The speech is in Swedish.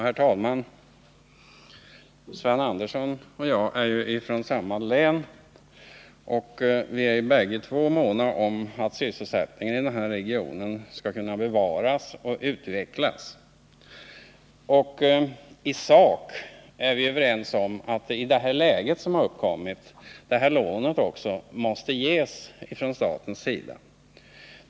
Herr talman! Sven Andersson och jag är från samma län och vi är båda måna om att sysselsättningen i denna region skall kunna bevaras och utvecklas. I sak är vi överens: i det läge som uppkommit måste detta lån beviljas från statens sida.